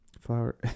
Flower